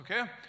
okay